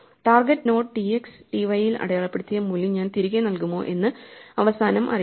target node tx ty ൽ അടയാളപ്പെടുത്തിയ മൂല്യം ഞാൻ തിരികെ നൽകുമോ എന്ന് അവസാനം അറിയാം